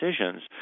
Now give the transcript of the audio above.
decisions